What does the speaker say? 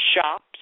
shops